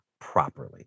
properly